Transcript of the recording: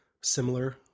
similar